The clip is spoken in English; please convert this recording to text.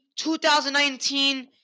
2019